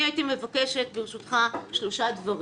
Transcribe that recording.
אני הייתי מבקשת, ברשותך, שלושה דברים.